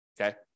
Okay